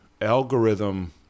algorithm